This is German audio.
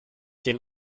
den